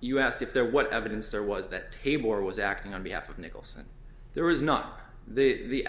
you asked if there what evidence there was that table or was acting on behalf of nicholson there was not the